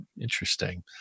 Interesting